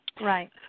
right